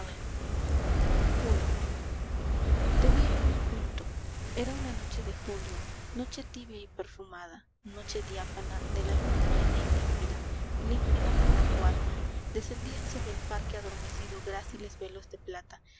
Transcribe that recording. i te vi un punto era una noche de julio noche tibia y perfumada noche diáfana de la luna plena y límpida límpida como tu alma descendían sobre el parque adormecido gráciles velos de plata